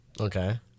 Okay